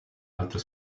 altre